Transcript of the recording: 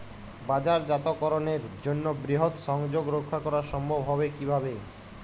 বাজারজাতকরণের জন্য বৃহৎ সংযোগ রক্ষা করা সম্ভব হবে কিভাবে?